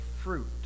fruit